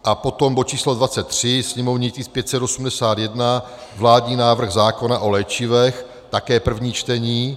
A potom bod číslo 23, sněmovní tisk 581, vládní návrh zákona o léčivech, také první čtení.